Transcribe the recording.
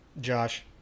Josh